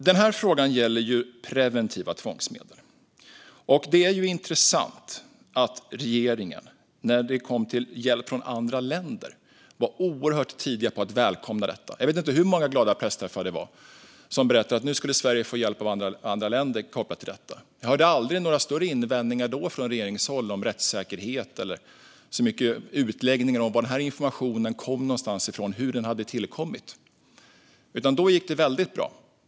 Den här frågan gäller preventiva tvångsmedel. Det är intressant att regeringen var oerhört tidig att välkomna detta när det kom till hjälp från andra länder. Jag vet inte hur många glada pressträffar det var om att Sverige skulle få hjälp av andra länder kopplat till detta. Då hörde jag aldrig några större invändningar från regeringens håll om rättssäkerhet, och jag hörde inte särskilt mycket utläggningar om varifrån informationen kom eller hur den hade tillkommit.